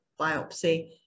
biopsy